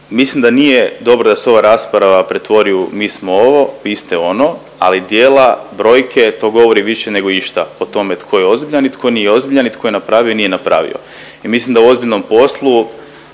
mislim da nije dobro da se ova rasprava pretvori u mi smo ovo, vi ste ono ali djela, brojke, to govori više nego išta o tome tko je ozbiljan i tko nije ozbiljan i to je napravio i nije napravio. I mislim da u ozbiljnom poslu,